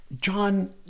John